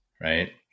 right